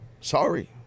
Sorry